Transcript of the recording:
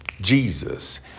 Jesus